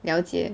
了解